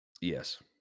Yes